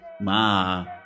Ma